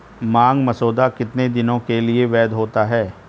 मांग मसौदा कितने दिनों के लिए वैध होता है?